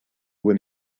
when